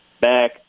back